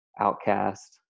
outcast